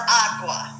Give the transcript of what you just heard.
aqua